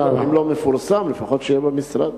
אם לא מפורסם, לפחות שיהיה במשרד.